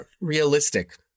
realistic